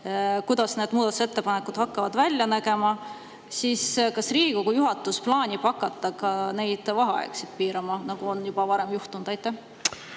kuidas need muudatusettepanekud hakkavad välja nägema. Kas Riigikogu juhatus plaanib hakata ka neid vaheaegu piirama, nagu on varem juhtunud? Aitäh,